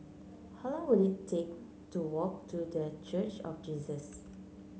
how long will it take to walk to The Church of Jesus